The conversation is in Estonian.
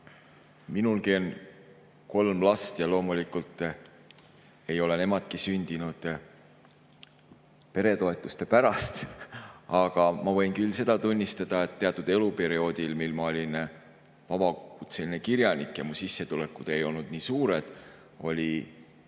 Minulgi on kolm last ja loomulikult ei ole nemadki sündinud peretoetuste pärast. Aga ma võin küll tunnistada, et teatud eluperioodil, mil ma olin vabakutseline kirjanik ja mu sissetulekud ei olnud nii suured, oli